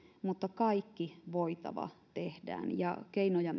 mutta kaikki voitava tehdään keinoja